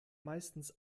meistens